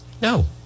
No